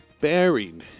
buried